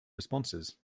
responses